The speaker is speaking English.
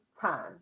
time